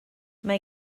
mae